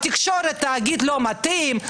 התקשורת תאגיד לא מתאים,